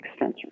extensors